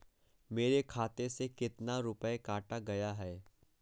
मेरे खाते से कितना रुपया काटा गया है?